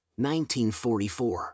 1944